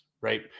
right